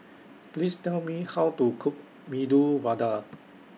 Please Tell Me How to Cook Medu Vada